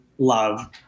Love